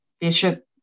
Bishop